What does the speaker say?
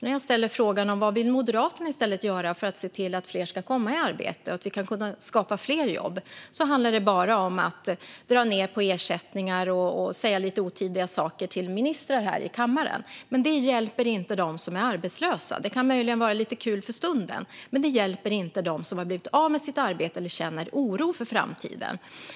När jag ställer frågan om vad Moderaterna i stället vill göra för att fler ska komma i arbete och för att vi ska kunna skapa fler jobb handlar svaret bara om att dra ned på ersättningar och säga otidiga saker till ministrar här i kammaren, men det hjälper inte dem som är arbetslösa. Det kan möjligen vara lite kul för stunden. Det hjälper dock inte dem som har blivit av med sitt arbete eller känner oro inför framtiden.